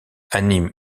anime